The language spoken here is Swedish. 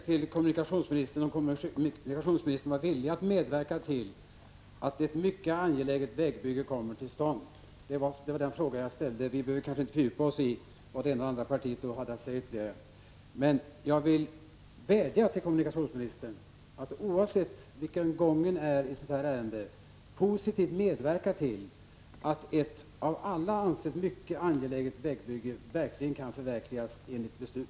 Fru talman! Min fråga gällde om kommunikationsministern var villig att medverka till att ett mycket angeläget vägbygge kommer till stånd. Vi behöver kanske inte fördjupa oss i vad det ena och det andra partiet hade att säga. Men jag vill vädja till kommunikationsministern att, oavsett vilken gången är i sådana här ärenden, positivt medverka till att ett av alla som mycket angeläget ansett vägbygge kan förverkligas enligt beslut.